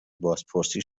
بازپرسی